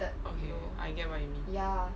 okay I get what you mean